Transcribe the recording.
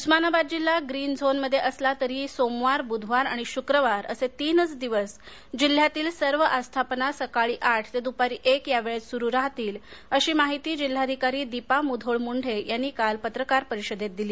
उस्मानाबाद जिल्हा ग्रीन झोनमध्ये असला तरीही सोमवार बुधवार आणि शुक्रवार असे तीनच दिवस जिल्ह्यातील सर्व आस्थापना सकाळी आठ ते दुपारी एक या वेळेत सुरू राहतील अशी माहिती जिल्हाधिकारी दीपा मुधोळ मुंडे यांनी काल पत्रकार परिषदेत दिली